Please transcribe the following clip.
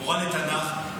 מורה לתנ"ך,